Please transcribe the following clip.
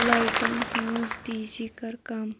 لایٹن ہٕنز تیٖزی کر کم